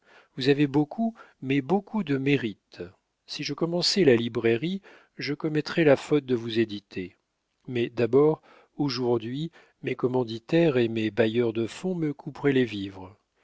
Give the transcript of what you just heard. vous avez beaucoup mais beaucoup de mérite si je commençais la librairie je commettrais la faute de vous éditer mais d'abord aujourd'hui mes commanditaires et mes bailleurs de fonds me couperaient les vivres